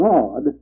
God